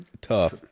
Tough